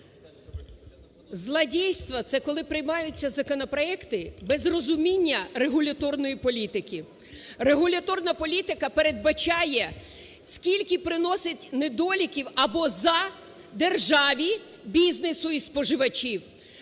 Злодейство – це коли приймаються законопроекти без розуміння регуляторної політики. Регуляторна політика передбачає, скільки приносить недоліків або "за" державі, бізнесу і споживачам.